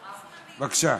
בבקשה.